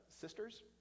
sisters